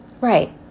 Right